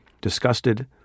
disgusted